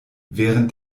während